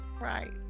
Right